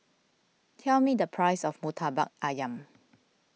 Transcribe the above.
tell me the price of Murtabak Ayam